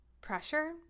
pressure